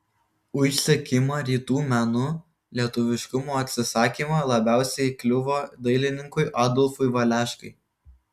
už sekimą rytų menu lietuviškumo atsisakymą labiausiai kliuvo dailininkui adolfui valeškai